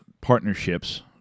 partnerships